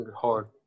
hard